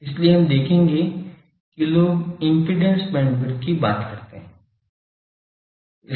इसलिए हम देखेंगे कि लोग इम्पीडेन्स बैंडविड्थ की बात करते हैं